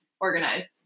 organize